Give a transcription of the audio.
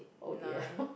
oh dear